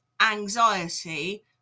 anxiety